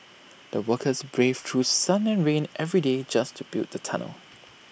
the workers braved through sun and rain every day just to build the tunnel